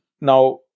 Now